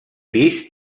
pis